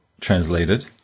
translated